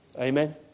Amen